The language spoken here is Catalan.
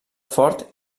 fort